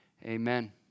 Amen